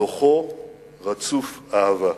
תוכו רצוף אהבה.